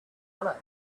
hollow